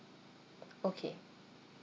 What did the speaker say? okay